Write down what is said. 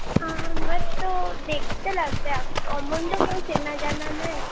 আমার তো দেখতে লাগবে এখ অমন তো কেউ চেনা জানা নাই